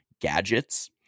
gadgets